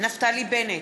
נפתלי בנט,